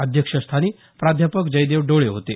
अध्यक्षस्थानी प्राध्यापक जयदेव डोळे होते